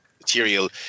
material